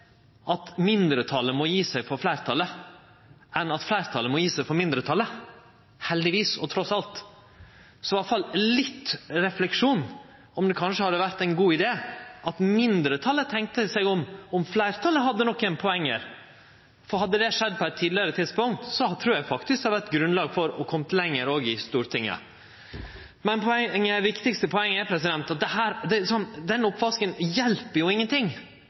at mindretalet må gje seg for fleirtalet enn at fleirtalet må gje seg for mindretalet – heldigvis og trass alt. Så i alle fall litt refleksjon – det hadde kanskje vore ein god idé at mindretalet tenkte seg om, om fleirtalet hadde nokre poeng. Hadde det skjedd på eit tidlegare tidspunkt, trur eg faktisk det hadde vore grunnlag for å kome lenger i Stortinget. Men det viktigaste poenget er at denne oppvasken hjelper ingenting. Det som